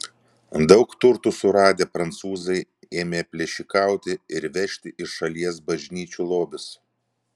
daug turtų suradę prancūzai ėmė plėšikauti ir vežti iš šalies bažnyčių lobius